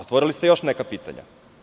Otvorili ste još neka pitanja.